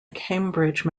cambridge